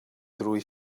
drwy